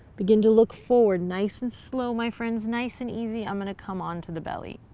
begin to look forward nice and slow, my friends. nice and easy, i'm going to come on to the belly.